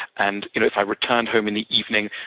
and if i returned home in the evening,